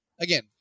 again